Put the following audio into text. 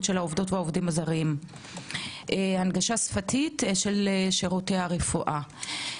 של העובדות והעובדים הזרים; הנגשה שפתית של שירותי הרפואה.